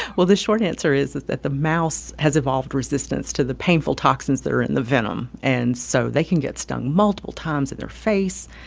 well, the short answer is that that the mouse has evolved resistance to the painful toxins that are in the venom. and so they can get stung multiple times in their face.